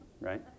right